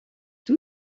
two